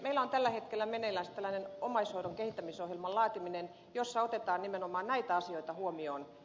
meillä on tällä hetkellä meneillänsä omaishoidon kehittämisohjelman laatiminen jossa otetaan nimenomaan näitä asioita huomioon